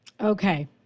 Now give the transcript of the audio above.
Okay